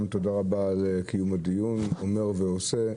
גם תודה רבה על קיום הדיון, אומר ועושה,